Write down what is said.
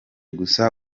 gusa